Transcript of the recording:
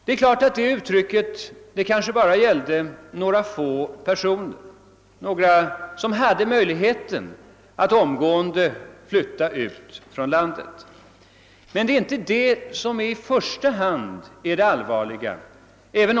Dessa uttalanden gällde inte bara några få personer, några som hade möjlighet att omgående flytta från landet även om detta varit allvarligt nog.